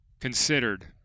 Considered